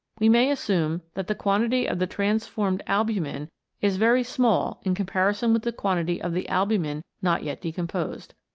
we may assume that the quantity of the transformed albumin is very small in comparison with the quantity of the albumin not yet decomposed.